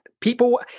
People